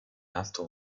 alto